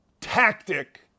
tactic